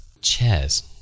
chairs